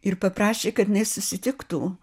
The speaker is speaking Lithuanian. ir paprašė kad jinai susitiktų